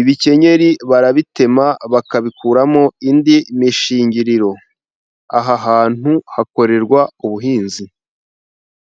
ibikenkeri barabitema bakabikuramo indi mishingiriro, aha hantu hakorerwa ubuhinzi.